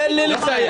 תן לי לסיים.